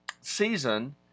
season